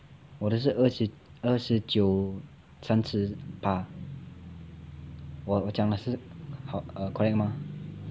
我的是二十九三十八我讲的是 err correct 吗